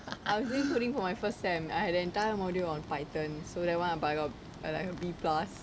I was doing coding for my first sem I had an entire module on python so that one but I got like a B plus